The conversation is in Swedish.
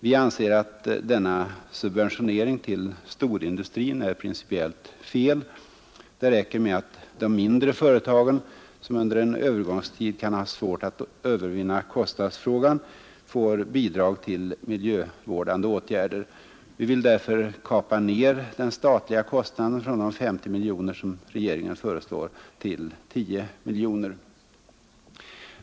Vi anser att denna subventionering till storindustrin är principiellt felaktig. Det räcker med att de mindre företagen, som under en övergångstid kan ha svårt att övervinna kostnadsfrågan, får bidrag till miljövårdande åtgärder. Vi vill därför kapa den statliga kostnaden från 50 miljoner kronor, som regeringen föreslår, till 10 miljoner.